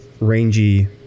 rangy